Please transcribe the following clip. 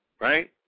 right